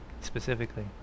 specifically